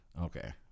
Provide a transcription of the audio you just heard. Okay